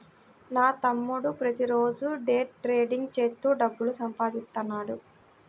నా తమ్ముడు ప్రతిరోజూ డే ట్రేడింగ్ చేత్తూ డబ్బులు సంపాదిత్తన్నాడు